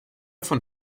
von